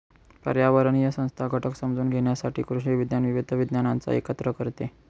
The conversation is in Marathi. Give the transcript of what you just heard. पर्यावरणीय संस्था घटक समजून घेण्यासाठी कृषी विज्ञान विविध विज्ञानांना एकत्र करते